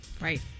Right